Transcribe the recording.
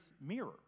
mirror